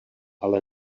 ale